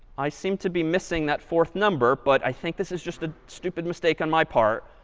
i seem to be missing that fourth number. but i think this is just a stupid mistake on my part.